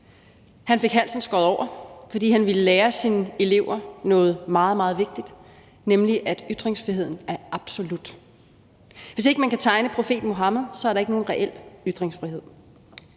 Han fik halsen skåret over, fordi han ville lære sine elever noget meget, meget vigtigt, nemlig at ytringsfriheden er absolut. Hvis ikke man kan tegne profeten Muhammed, så er der ikke nogen reel ytringsfrihed.